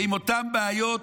ועם אותן בעיות,